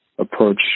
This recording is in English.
approach